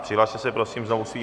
Přihlaste se prosím znovu svými...